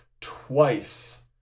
twice